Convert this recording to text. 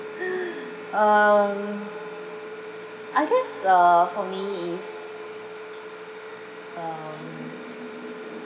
um I guess uh for me is um